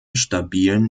stabilen